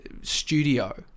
studio